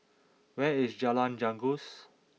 where is Jalan Janggus